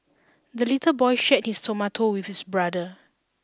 the little boy shared his tomato with his brother